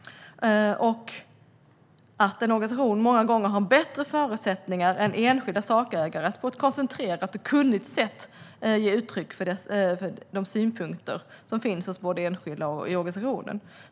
Dessutom har en organisation många gånger bättre förutsättningar än enskilda sakägare att på ett koncentrerat och kunnigt sätt ge uttryck för de synpunkter som finns både hos enskilda och i organisationer.